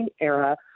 era